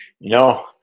No